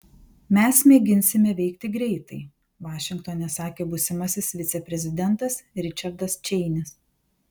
mes mėginsime veikti greitai vašingtone sakė būsimasis viceprezidentas ričardas čeinis